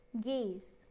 Gaze